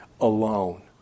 alone